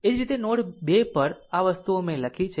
એ જ રીતે નોડ 2 પર આ વસ્તુઓ મેં લખી છે